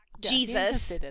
Jesus